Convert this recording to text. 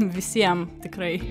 visiem tikrai